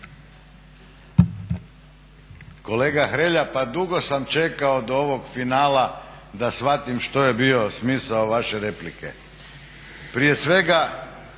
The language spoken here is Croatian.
Kolega Hrelja pa dugo sam čekao do ovog finala da shvatim što je bio smisao vaše replike. Prije svega